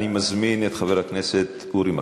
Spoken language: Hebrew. אני מזמין את חבר הכנסת אורי מקלב.